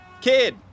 kid